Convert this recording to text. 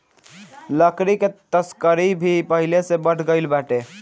लकड़ी के तस्करी भी पहिले से बढ़ गइल बाटे